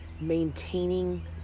Maintaining